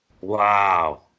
Wow